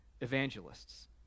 evangelists